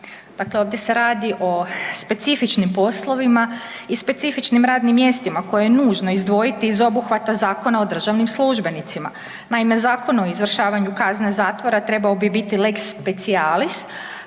Dakle, ovdje se radi o specifičnim poslovima i specifičnim radnim mjestima koje je nužno izdvojiti iz obuhvata Zakona o državnim službenicima. Naime, Zakon o izvršavanju kazne zatvora trebao bi biti lex specialis,